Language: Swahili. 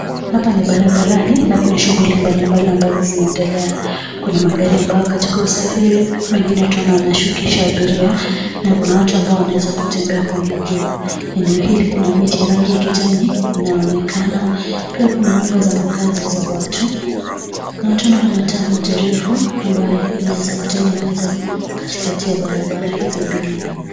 Hapa ni barabarani na kuna shughuli mbali mbali ambazo zinaendelea. Kuna magari ambayo yapo katika usafiri mengine twaona yanashukisha abiria, na kuna watu ambao wanaezakumbea mwa miguu. Eneo hili kuna miti ya rangi ya kijani inaonekana. Pia kuna nyumba za makazi za watu, na twaona kuna taa refu ambayo imeweza kutengenezwa katikati ya barabara hizi mbili.